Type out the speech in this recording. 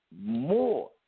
more